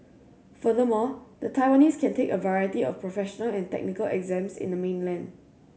furthermore the Taiwanese can take a variety of professional and technical exams in the mainland